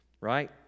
right